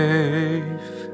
Safe